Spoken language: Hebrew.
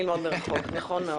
נכון מאוד.